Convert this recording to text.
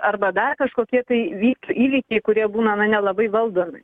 arba dar kažkokie tai vyk įvykiai kurie būna na nelabai valdomi